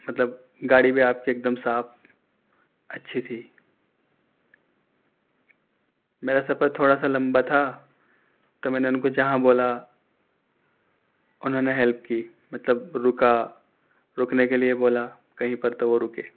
مطلب گاڑی بھی آپ کی ایک دم صاف اچھی تھی میرا سفر تھوڑا سا لمبا تھا تو میں نے ان کو جہاں بولا انہوں نے ہیلپ کی مطلب رکا رکنے کے لیے بولا کہیں پر تو وہ رکے